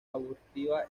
arbustivas